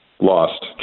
lost